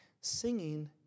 Singing